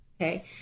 Okay